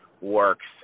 Works